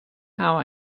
how